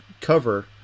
cover